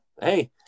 hey